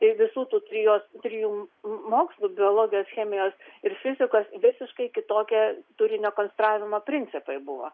tai visų tų trijos trijų mokslų biologijos chemijos ir fizikos visiškai kitokie turinio konstravimo principai buvo